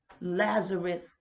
Lazarus